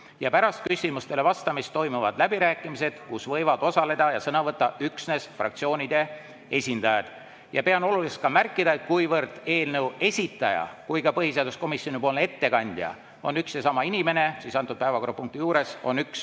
Pärast küsimustele vastamist toimuvad läbirääkimised, kus võivad osaleda ja sõna võtta üksnes fraktsioonide esindajad. Ja pean oluliseks ka märkida, et kuna nii eelnõu esitaja kui ka põhiseaduskomisjonipoolne ettekandja on üks ja sama inimene, siis on selle päevakorrapunkti juures üks